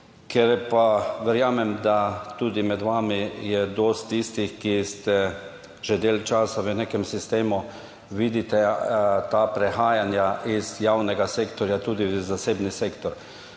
ker pa verjamem, da tudi med vami je dosti tistih, ki ste že dalj časa v nekem sistemu, vidite ta prehajanja iz javnega sektorja tudi v zasebni sektor.